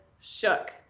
shook